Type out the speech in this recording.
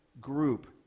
group